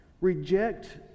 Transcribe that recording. reject